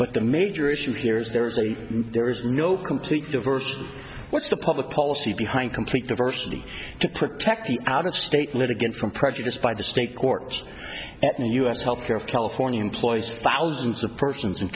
but the major issue here is there is a there is no completely averse what's the public policy behind complete diversity to protect the out of state litigants from prejudice by the state courts at the u s health care of california employs thousands of persons in